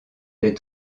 des